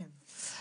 כן.